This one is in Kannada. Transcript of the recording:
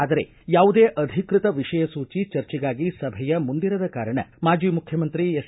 ಆದರೆ ಯಾವುದೇ ಅಧಿಕೃತ ವಿಷಯ ಸೂಜಿ ಚರ್ಚೆಗಾಗಿ ಸಭೆಯ ಮುಂದಿರದ ಕಾರಣ ಮಾಜಿ ಮುಖ್ಯಮಂತ್ರಿ ಎಸ್